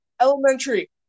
elementary